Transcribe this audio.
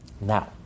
Now